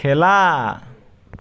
খেলা